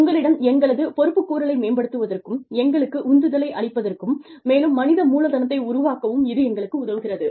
உங்களிடம் எங்களது பொறுப்புக்கூறலை மேம்படுத்துவதற்கும் எங்களுக்கு உந்துதலை அளிப்பதற்கும் மேலும் மனித மூலதனத்தை உருவாக்கவும் இது எங்களுக்கு உதவுகிறது